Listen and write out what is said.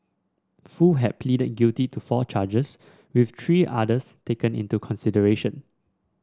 foo had pleaded guilty to four charges with three others taken into consideration